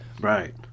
Right